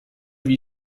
wie